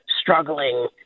struggling